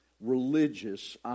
religious